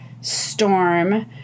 storm